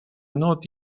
not